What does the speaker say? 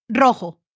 Rojo